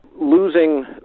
losing